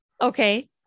Okay